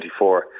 2024